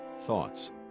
thoughts